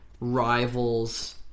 Rivals